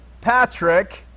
Patrick